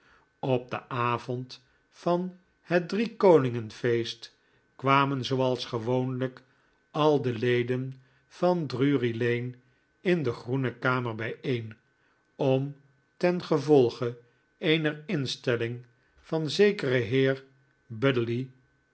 op den avond van het driekoningenfeest kwamen zooals gewoonlijk al de leden van drury-lane in de groene karaer bijeen om ten gevolge eener instelling van zekeren heer